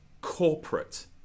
corporate